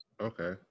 Okay